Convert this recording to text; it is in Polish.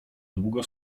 długo